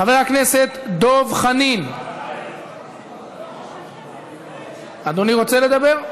חבר הכנסת דב חנין, אדוני רוצה לדבר?